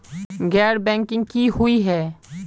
गैर बैंकिंग की हुई है?